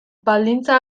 baldintza